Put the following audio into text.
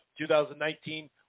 2019